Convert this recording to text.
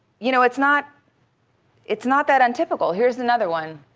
you know it's not it's not that untypical. here's another one.